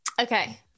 Okay